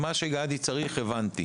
את מה שגדי צריך הבנתי.